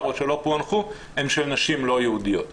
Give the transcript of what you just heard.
או שלא פוענחו הם של נשים לא יהודיות,